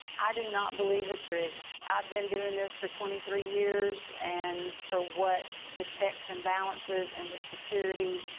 i do not believe it's rigged. i have been doing this for twenty three years. and for what the checks and balances and the security,